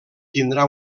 tindrà